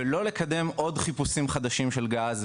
ולא לקדם עוד חיפושים חדשים של גז,